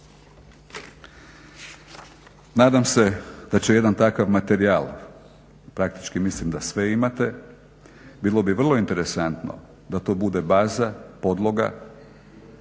Nadam se da će jedan takav materijal praktički mislim da sve imate, bilo bi vrlo interesantno da to bude baza, podloga